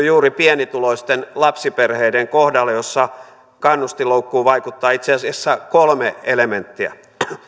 juuri pienituloisten lapsiperheiden kohdalla syntyy kaikkein pahin kannustinloukku jossa kannustinloukkuun vaikuttaa itse asiassa kolme elementtiä